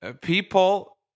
people